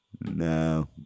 No